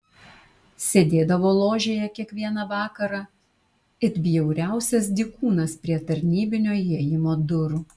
sėdėdavo ložėje kiekvieną vakarą it bjauriausias dykūnas prie tarnybinio įėjimo durų